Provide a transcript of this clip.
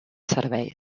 serveis